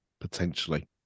potentially